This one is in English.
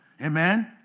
Amen